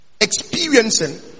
experiencing